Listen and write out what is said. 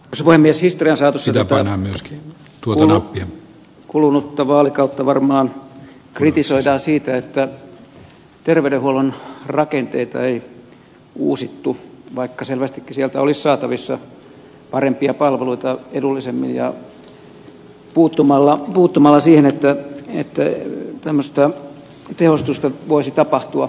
suven miesystävänsä jo toinen myrsky historian saatossa kulunutta vaalikautta varmaan kritisoidaan siitä että terveydenhuollon rakenteita ei uusittu vaikka selvästikin sieltä olisi saatavissa parempia palveluita edullisemmin ja puuttumalla siihen että tämmöistä tehostusta voisi tapahtua